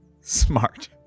smart